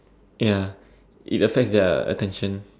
ya it affects their attention